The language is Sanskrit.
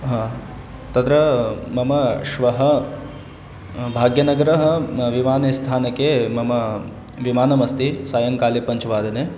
हा तत् मम श्वः भाग्यनगरं विमानेस्थानके मम विमानमस्ति सायङ्काले पञ्चवादने